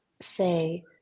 say